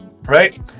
Right